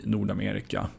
Nordamerika